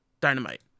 Dynamite